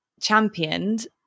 championed